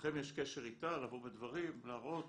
לכם יש קשר איתה, לבוא בדברים, להראות?